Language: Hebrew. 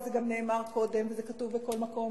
וזה גם נאמר קודם וזה כתוב בכל מקום,